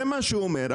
זה מה שהוא אומר.